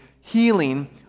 Healing